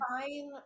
Fine